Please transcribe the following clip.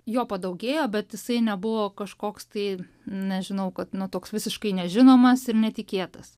jo padaugėjo bet jisai nebuvo kažkoks tai nežinau kad toks visiškai nežinomas ir netikėtas